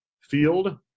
Field